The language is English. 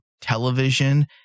television